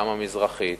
גם המזרחית,